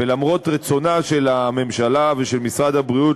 ולמרות רצונם של הממשלה ושל משרד הבריאות